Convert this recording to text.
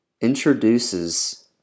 introduces